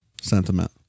sentiment